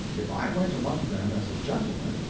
if i went among them as a gentleman,